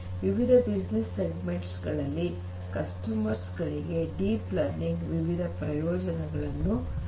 ವಿವಿಧ business segments ಗಳಲ್ಲಿ ಗ್ರಾಹಕರಿಗೆ ಡೀಪ್ ಲರ್ನಿಂಗ್ ವಿವಿಧ ಪ್ರಯೋಜನಗಳನ್ನು ನೀಡುತ್ತದೆ